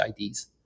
IDs